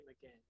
again